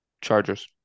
Chargers